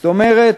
זאת אומרת,